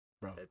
bro